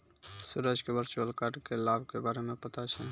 सूरज क virtual card क लाभ के बारे मे पता छै